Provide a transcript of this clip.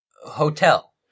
Hotel